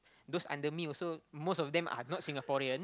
those under me also most of them are not Singaporean